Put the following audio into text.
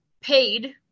paid